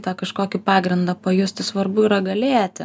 tą kažkokį pagrindą pajusti svarbu yra galėti